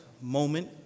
moment